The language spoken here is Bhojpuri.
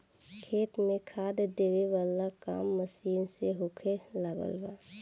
खेत में खादर देबे वाला काम मशीन से होखे लागल बा